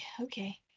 Okay